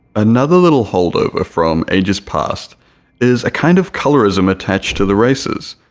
another little holdover from ages past is a kind of colorism attached to the races,